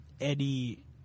Eddie